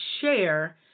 share